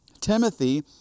Timothy